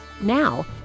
Now